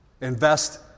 Invest